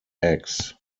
eggs